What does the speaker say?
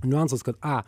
niuansas kad a